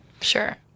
Sure